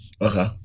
Okay